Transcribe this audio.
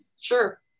Sure